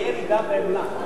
תהיה ירידה בעמלה?